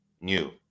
new